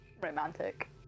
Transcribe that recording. Romantic